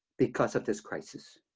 because of this crisis.